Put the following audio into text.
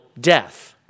death